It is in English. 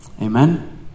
Amen